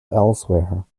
elsewhere